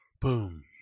Boom